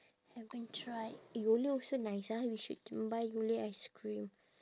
haven't tried eh yole also nice ah we should can buy yole ice cream